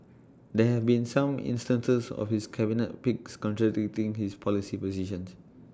there have been some instances of his cabinet picks contradicting his policy positions